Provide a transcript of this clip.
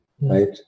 right